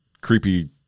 creepy